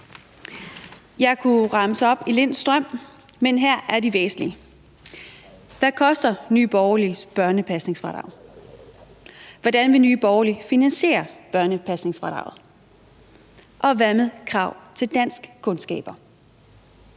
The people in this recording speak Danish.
Jeg kunne remse op i en lind strøm, men her er de væsentlige: Hvad koster Nye Borgerliges børnepasningsfradrag? Hvordan vil Nye Borgerlige finansiere børnepasningsfradraget? Og hvad med krav til danskkundskaber?